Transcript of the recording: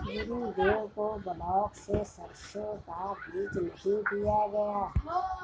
गुरुदेव को ब्लॉक से सरसों का बीज नहीं दिया गया